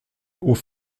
hauts